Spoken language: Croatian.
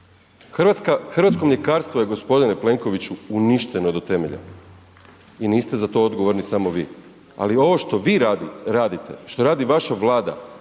Hrvatsko mljekarstvo je gospodine Plenkoviću uništeno do temelja i niste za to odgovorni samo vi ali ovo što vi radite, što radi vaša Vlada